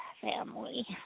family